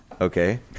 okay